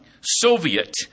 Soviet